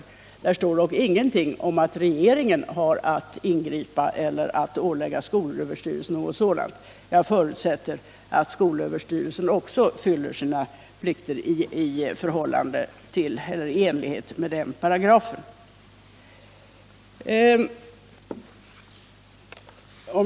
I den står dock inget om att regeringen har att ingripa eller att ålägga skolöverstyrelsen något sådant. Jag förutsätter att skolöverstyrelsen uppfyller sina plikter i enlighet med den paragrafen.